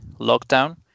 lockdown